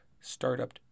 startup